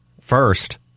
first